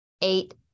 eight